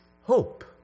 hope